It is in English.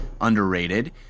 underrated